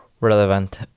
relevant